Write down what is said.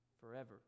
forever